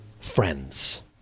friends